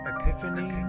Epiphany